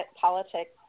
politics